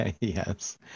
Yes